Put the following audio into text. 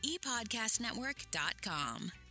epodcastnetwork.com